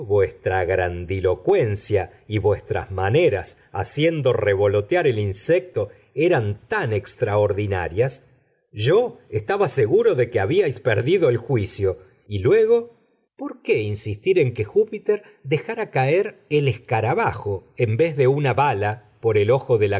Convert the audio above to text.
vuestra grandilocuencia y vuestras maneras haciendo revolotear el insecto eran tan extraordinarias yo estaba seguro de que habíais perdido el juicio y luego por qué insistir en que júpiter dejara caer el escarabajo en vez de una bala por el ojo de la